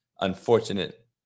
unfortunate